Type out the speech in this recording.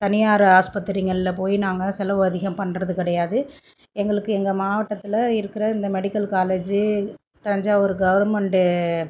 தனியார் ஹாஸ்பத்திரிகள்ல போய் நாங்கள் செலவு அதிகம் பண்ணுறது கிடயாது எங்களுக்கு எங்கள் மாவட்டத்தில் இருக்கிற இந்த மெடிக்கல் காலேஜு தஞ்சாவூர் கவர்மெண்டு